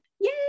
Yay